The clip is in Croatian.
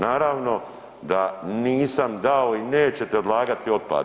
Naravno da nisam dao i nećete odlagati otpad.